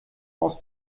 aus